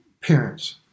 parents